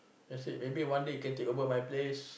I said maybe one day you can take over my place